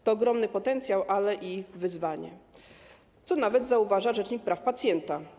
To ogromny potencjał, ale i wyzwanie, co zauważa nawet rzecznik praw pacjenta.